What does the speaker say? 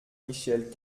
michel